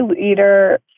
Leader